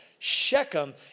Shechem